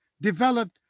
developed